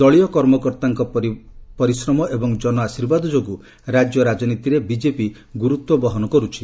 ଦଳୀୟ କର୍ମକର୍ତାଙ୍କ ପରିଶ୍ରମ ଏବଂ ଜନଆଶିର୍ବାଦ ଯୋଗୁ ରାଜ୍ୟ ରାଜନୀତିରେ ବିଜେପି ଗୁରୁତ୍ ବହନ କରୁଛି